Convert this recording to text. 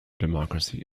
democracy